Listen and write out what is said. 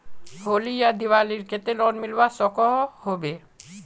होली या दिवालीर केते लोन मिलवा सकोहो होबे?